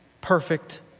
perfect